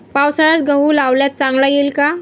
पावसाळ्यात गहू लावल्यास चांगला येईल का?